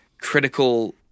critical